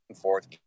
Forth